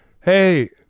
hey